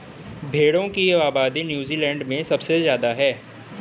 भेड़ों की आबादी नूज़ीलैण्ड में सबसे ज्यादा है